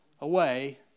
away